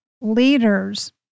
leaders